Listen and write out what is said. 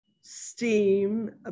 STEAM